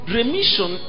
Remission